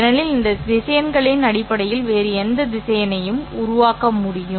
ஏனெனில் இந்த திசையன்களின் அடிப்படையில் வேறு எந்த திசையனையும் உருவாக்க முடியும்